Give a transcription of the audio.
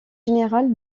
général